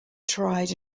tried